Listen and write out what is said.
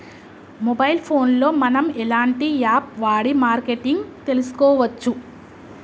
Mobile phone లో మనం ఎలాంటి యాప్ వాడి మార్కెటింగ్ తెలుసుకోవచ్చు?